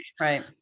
Right